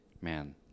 man